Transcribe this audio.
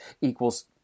equals